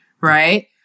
Right